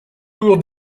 tour